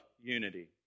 unity